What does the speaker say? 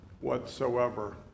whatsoever